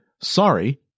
sorry